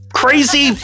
crazy